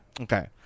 Okay